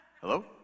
Hello